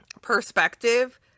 perspective